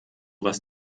was